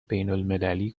بینالمللی